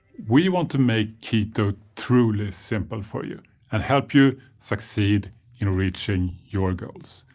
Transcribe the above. we want to make keto truly simple for you and help you succeed in reaching your goals.